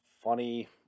funny